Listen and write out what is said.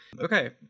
Okay